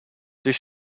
this